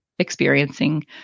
experiencing